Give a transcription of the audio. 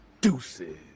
Deuces